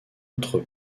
autres